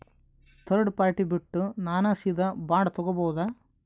Third party ಬಿಟ್ಟು ನಾನೇ ಸೀದಾ ಬಾಂಡ್ ತೋಗೊಭೌದಾ?